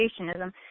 creationism